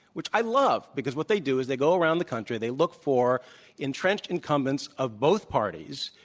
which i love, because what they do is they go around the country. they look for entrenched incumbents of both parties,